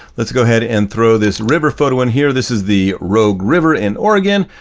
let's go ahead and throw this river photo in here. this is the rogue river in oregon,